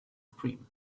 scream